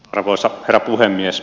arvoisa herra puhemies